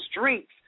drinks